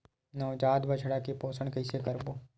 नवजात बछड़ा के पोषण कइसे करबो?